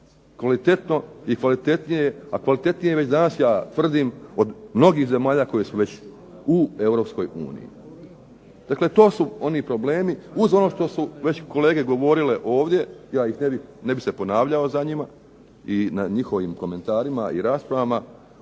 kvalitetno i kvalitetnije. A kvalitetnije je već danas ja tvrdim od mnogih zemalja koje su već u Europskoj uniji. Dakle, to su oni problemi uz ono što su već i kolege govorile ovdje ja ih ne bih se ponavljao za njima i na njihovim komentarima i raspravama.